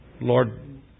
lord